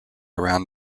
around